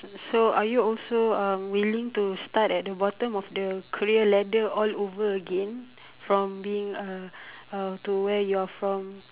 so are you also um willing to start at the bottom of the career ladder all over again from being uh to where you are from